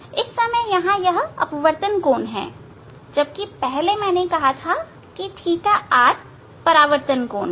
इस समय यहां अपवर्तन कोण है पहले मैंने कहा था की θr परावर्तन कोण है